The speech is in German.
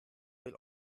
will